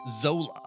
Zola